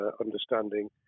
understanding